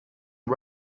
are